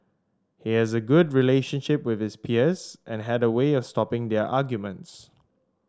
he has a good relationship with his peers and had a way of stopping their arguments